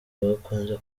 bakunze